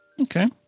Okay